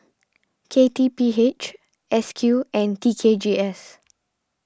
K T P H S Q and T K G S